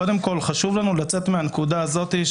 קודם כול חשוב לנו לצאת מהנקודה הזאת.